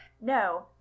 No